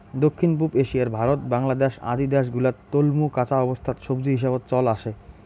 দক্ষিণ পুব এশিয়ার ভারত, বাংলাদ্যাশ আদি দ্যাশ গুলাত তলমু কাঁচা অবস্থাত সবজি হিসাবত চল আসে